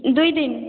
ଦୁଇ ଦିନ